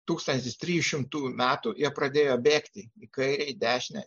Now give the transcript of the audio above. tūkstantis trišimtųjų metų jie pradėjo bėgti į kairę į dešinę